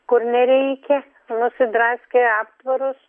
kur nereikia nusidraskė aptvarus